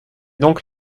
donc